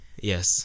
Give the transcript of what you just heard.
Yes